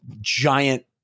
giant